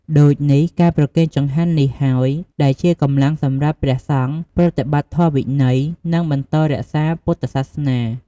ដូចនេះ ការប្រគេនចង្ហាន់នេះហើយដែលជាកម្លាំងសម្រាប់ព្រះសង្ឃប្រតិបត្តិធម៌វិន័យ និងបន្តរក្សាពុទ្ធសាសនា។